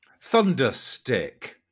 Thunderstick